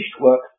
work